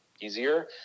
easier